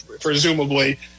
presumably